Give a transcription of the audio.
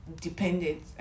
dependent